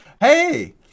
Hey